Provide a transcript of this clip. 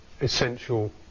essential